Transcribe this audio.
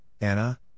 Anna